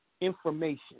information